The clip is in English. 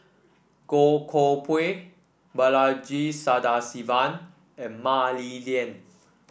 Goh Koh Pui Balaji Sadasivan and Mah Li Lian